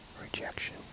rejection